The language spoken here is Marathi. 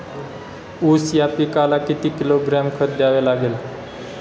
ऊस या पिकाला किती किलोग्रॅम खत द्यावे लागेल?